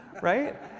right